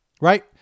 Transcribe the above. right